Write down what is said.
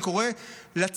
אני קורא לציבור,